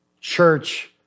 church